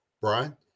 Brian